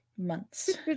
months